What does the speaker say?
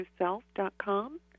trueself.com